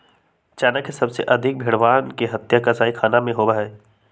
China में सबसे अधिक भेंड़वन के हत्या कसाईखाना में होबा हई